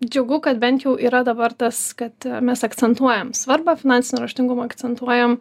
džiugu kad bent jau yra dabar tas kad mes akcentuojam svarbą finansinio raštingumo akcentuojam